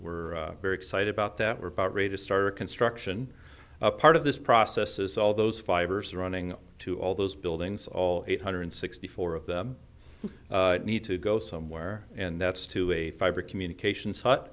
we're very excited about that we're about ready to start construction part of this process is all those fibers running to all those buildings all eight hundred sixty four of them need to go somewhere and that's to a fiber communications hut